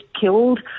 killed